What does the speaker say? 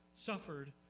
suffered